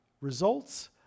results